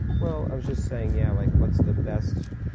well, i was just saying yeah, like what's the best?